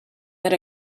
that